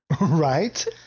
Right